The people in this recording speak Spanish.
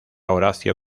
horacio